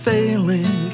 Failing